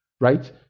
right